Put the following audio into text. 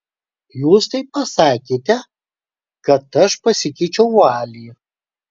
jūs taip pasakėte kad aš pasikeičiau vualį